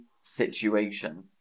situation